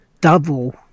double